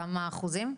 כמה אחוזים?